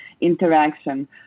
interaction